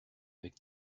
avec